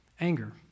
anger